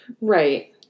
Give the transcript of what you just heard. Right